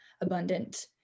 abundant